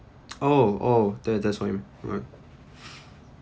oh oh that that's why you were